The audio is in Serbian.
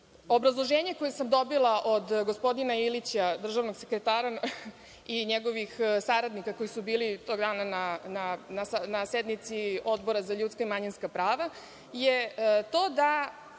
zaštićena? Obrazloženje koje sam dobila od gospodina Ilića, državnog sekretara, i njegovih saradnika koji su bili tog dana na sednici Odbora za ljudska i manjinska prava je to da